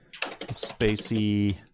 spacey